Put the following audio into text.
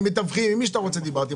עם מתווכים ועם כולם.